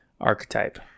archetype